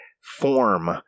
form